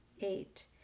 eight